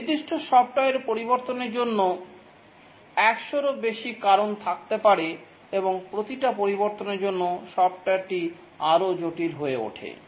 নির্দিষ্ট সফ্টওয়্যারের পরিবর্তনের জন্য 100 র বেশি কারণ থাকতে পারে এবং প্রতিটি পরিবর্তনের জন্য সফ্টওয়্যারটি আরও জটিল হয়ে ওঠে